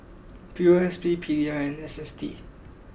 P O S B P D I and S S T